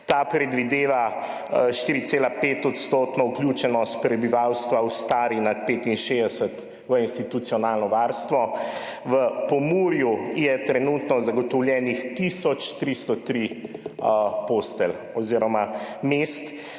Ta predvideva 4,5-odstotno vključenost prebivalstva, starega nad 65, v institucionalno varstvo. V Pomurju so trenutno zagotovljene tisoč 303 postelje oziroma mesta,